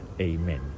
Amen